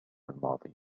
الماضي